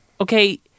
okay